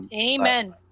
amen